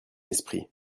esprit